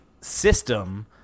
system